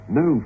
no